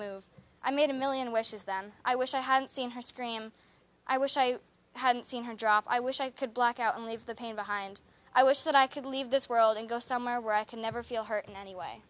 move i made a million wishes then i wish i hadn't seen her scream i wish i hadn't seen her drop i wish i could blackout and leave the pain behind i wish that i could leave this world and go somewhere where i can never feel hurt in any way